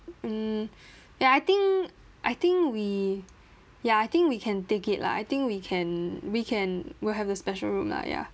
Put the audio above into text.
mm ya I think I think we ya I think we can take it lah I think we can we can we'll have the special room lah ya